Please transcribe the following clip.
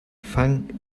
fang